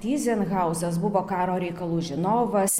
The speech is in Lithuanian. tyzenhauzas buvo karo reikalų žinovas